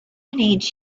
need